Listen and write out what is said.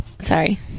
Sorry